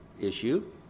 issue